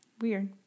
Weird